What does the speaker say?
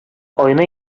айны